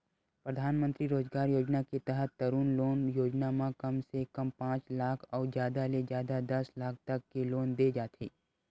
परधानमंतरी रोजगार योजना के तहत तरून लोन योजना म कम से कम पांच लाख अउ जादा ले जादा दस लाख तक के लोन दे जाथे